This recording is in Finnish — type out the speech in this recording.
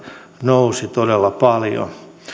nousivat todella paljon